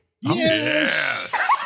Yes